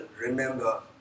remember